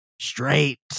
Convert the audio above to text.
Straight